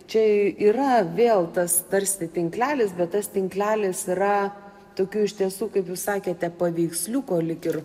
čia yra vėl tas tarsi tinklelis bet tas tinklelis yra tokių iš tiesų kaip jūs sakėte paveiksliuko lyg ir